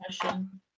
question